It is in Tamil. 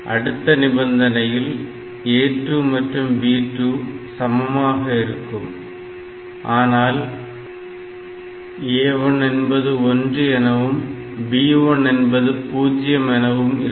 அடுத்த நிபந்தனையில் A2 மற்றும் B2 சமமாக இருக்கும் ஆனால் A1 என்பது 1 எனவும் B1 என்பது 0 எனவும் இருக்கும்